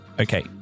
Okay